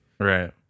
Right